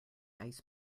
ice